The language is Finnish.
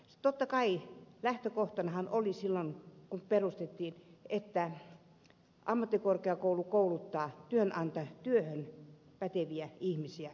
totta kai lähtökohtanahan oli silloin kun sitä perustettiin että ammattikorkeakoulu kouluttaa työhön päteviä ihmisiä